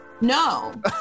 no